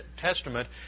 Testament